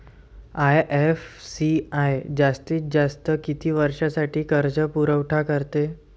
IFCI जास्तीत जास्त किती वर्षासाठी कर्जपुरवठा करते?